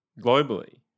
globally